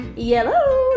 YELLOW